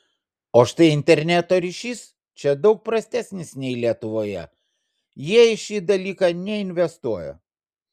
o štai interneto ryšys čia daug prastesnis nei lietuvoje jie į šį dalyką neinvestuoja